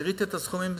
ראיתי את הסכומים,